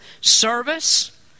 service